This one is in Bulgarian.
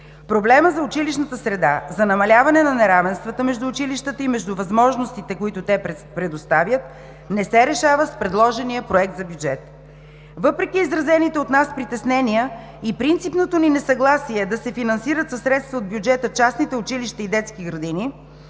проблемът за училищната среда, за намаляване на неравенствата между училищата и между възможностите, които те предоставят, не се решава с предложения Проект за бюджет. Въпреки изразените от нас притеснения и принципното ни несъгласие да се финансират със средства от бюджета частните училища и детски градини